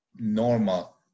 Normal